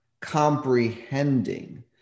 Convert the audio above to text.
comprehending